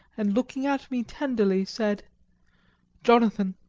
and looking at me tenderly, said jonathan,